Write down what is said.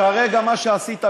כרגע מה שעשית,